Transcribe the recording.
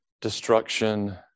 destruction